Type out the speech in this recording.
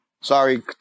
sorry